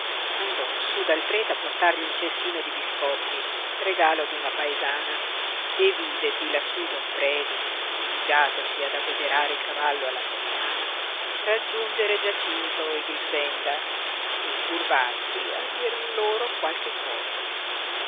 andò su dal prete a portargli un cestino di biscotti regalo di una paesana e vide di lassú don predu indugiatosi ad abbeverare il cavallo alla fontana raggiungere giacinto e grixenda e curvarsi a dir loro qualche cosa